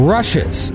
Rushes